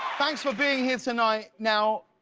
thanks for being here tonight. now